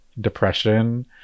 depression